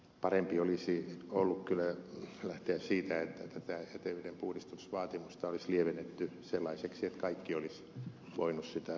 parempi olisi ollut kyllä lähteä siitä että tätä jäteveden puhdistusvaatimusta olisi lievennetty sellaiseksi että kaikki olisivat voineet sitä noudattaa